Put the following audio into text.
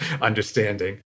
understanding